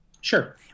Sure